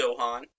Gohan